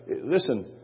listen